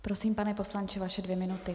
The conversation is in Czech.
Prosím, pane poslanče, vaše dvě minuty.